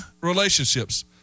relationships